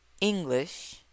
English